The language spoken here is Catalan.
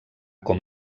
com